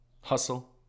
hustle